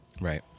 Right